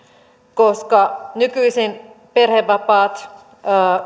koska nykyisin perhevapaat